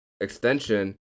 Extension